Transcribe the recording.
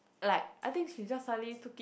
like I think she just suddenly took it